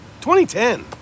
2010